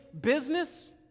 business